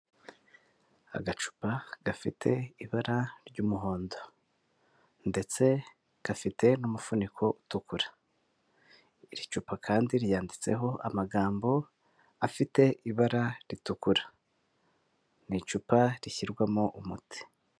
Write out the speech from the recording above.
Agacupa gafite ibara ry'umuhondo. Ndetse gafite n'umufuniko utukura. Iri cupa kandi ryanditseho amagambo afite ibara ritukura. Ni icupa rishyirwamo umuti.